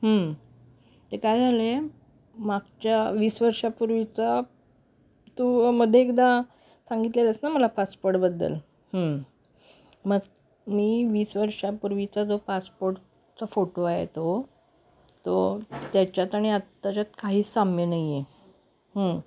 ते काय झालं आहे मागच्या वीस वर्षापूर्वीचा तू मध्ये एकदा सांगितलेलंस ना मला पासपोर्टबद्दल म मी वीस वर्षापूर्वीचा जो पासपोर्टचा फोटो आहे तो तो त्याच्यात आणि आत्ताच्यात काहीच साम्य नाही आहे